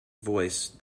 voice